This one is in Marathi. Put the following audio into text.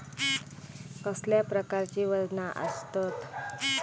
कसल्या प्रकारची वजना आसतत?